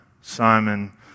Simon